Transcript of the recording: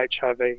HIV